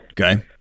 Okay